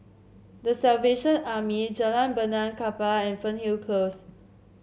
The Salvation Army Jalan Benaan Kapal and Fernhill Close